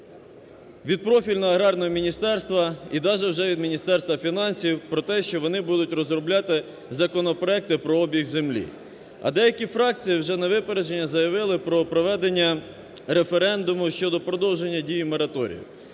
від профільного аграрного міністерства і навіть вже від Міністерства фінансів про те, що вони будуть розробляти законопроекти про обіг землі. А деякі фракції вже на випередження заявили про проведення референдуму щодо продовження дії мораторії.